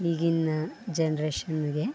ಈಗಿನ ಜನ್ರೇಶನ್ನಿಗೆ